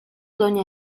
doña